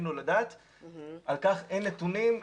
על כך אין נתונים.